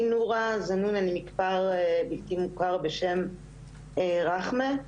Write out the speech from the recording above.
אני מכפר בלתי מוכר בשם רכמה.